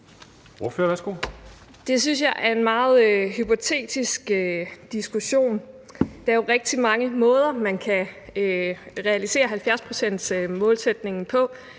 Det synes jeg er en meget hypotetisk diskussion. Der er jo rigtig mange måder, man kan realisere 70-procentsmålsætningen på.